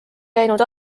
käinud